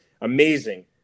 amazing